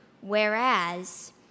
whereas